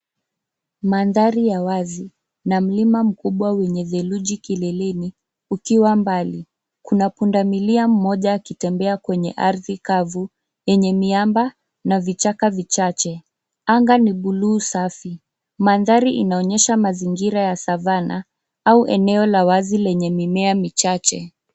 Mandhari ya mbali na mlima mkubwa wenye theluji kileleni ukiwa mbali. Kuna pundamlia mmoja akitembea kwenye ardhi kavu yenye miamba na vichaka vichache. Anga ni buluu safi. Mandhari inaonyesha mazingira ya savana au eneo la wazi lenye mimea michache.